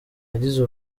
agize